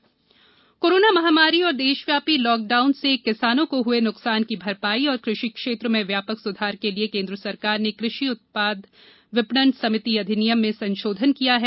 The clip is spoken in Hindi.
विपणन समिति अधिनियम कोरोना महामारी और देशव्यापी लॉकडाउन से किसानों को हुए नुकसान की भरपाई और कृषि क्षेत्र में व्यापक सुधार के लिए केंद्र सरकार ने कृषि उत्पाद विपणन समिति अधिनियम में संशोधन किया है